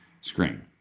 screen